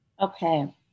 okay